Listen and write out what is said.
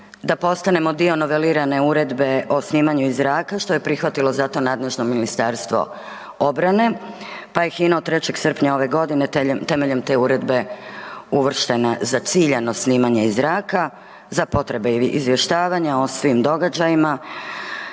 da postanemo dio novelirane Uredbe o snimanju iz zraka, što je prihvatilo za to nadležno Ministarstvo obrane, pa je HINA od 3. srpnja ove godine temeljem te Uredbe uvrštena za ciljano snimanje iz zraka za potrebe izvještavanja o svim događajima